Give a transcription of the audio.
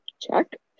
check